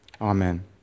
Amen